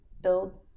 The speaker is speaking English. build